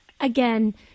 again